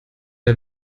der